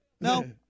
No